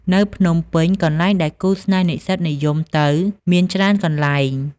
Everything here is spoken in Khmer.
នៅភ្នំពេញ កន្លែងដែលគូស្នេហ៍និស្សិតនិយមទៅមានច្រើនកន្លែង។